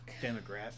demographic